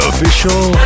official